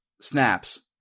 snaps